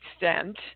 extent